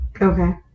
Okay